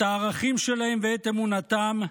את הערכים שלהם ואת אמונתם,